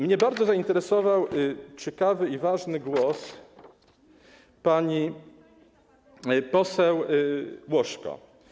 Mnie bardzo zainteresował ciekawy i ważny głos pani poseł Łośko.